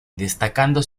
destacando